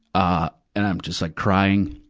ah and i'm just like crying.